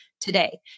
today